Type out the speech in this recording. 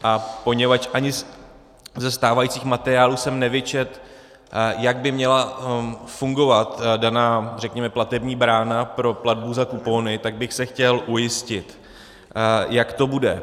A poněvadž ani ze stávajících materiálů jsem nevyčetl, jak by měla fungovat daná, řekněme, platební brána pro platbu za kupony, tak bych se chtěl ujistit, jak to bude.